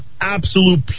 absolute